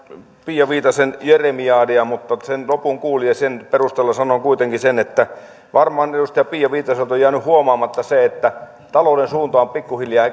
pia viitasen jeremiadia mutta sen lopun kuulin ja sen perusteella sanon kuitenkin sen että varmaan edustaja pia viitaselta on jäänyt huomaamatta se että talouden suunta on pikkuhiljaa